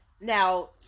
now